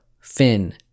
FIN